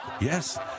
yes